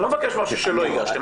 אני לא מבקש משהו שלא הגשתם.